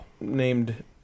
named